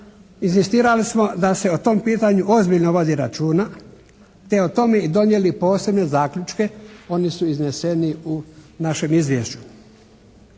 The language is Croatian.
inzistirali smo da se o tom pitanju ozbiljno vodi računa te o tome donijeli i posebne zaključke. Oni su izneseni u našem izvješću.